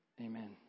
Amen